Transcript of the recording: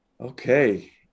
Okay